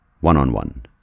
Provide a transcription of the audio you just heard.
one-on-one